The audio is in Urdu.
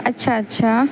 اچھا اچھا